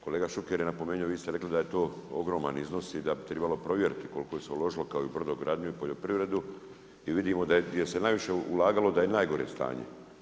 Kolega Šuker je napomenuo, vi ste rekli da je to ogroman iznos i da bi trebalo provjeriti koliko se uložilo kao i u brodogradnju i u poljoprivredu i vidimo gdje se najviše ulagalo, da je najgore stanje.